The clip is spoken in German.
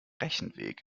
rechenweg